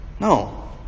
No